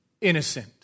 innocent